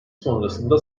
sonrasında